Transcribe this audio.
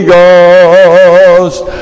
Ghost